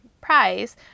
price